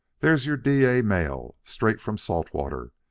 there's your dyea mail, straight from salt water,